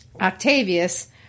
Octavius